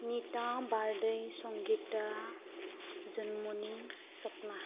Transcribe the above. Nita Bardai Sangita Junmoni Sapna